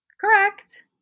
Correct